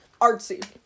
Artsy